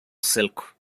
silk